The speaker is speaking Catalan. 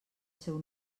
seu